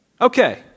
Okay